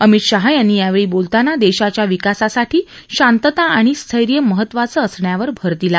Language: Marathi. अमित शाह यांनी यावेळी बोलताना देशाच्या विकासासाठी शांतता आणि स्थैर्य महत्वांची असण्यावर भर दिला